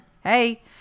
Hey